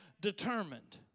determined